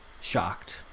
shocked